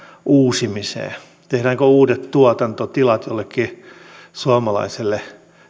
uusimiseen tehdäänkö uudet tuotantotilat jollekin suomalaiselle